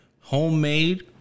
homemade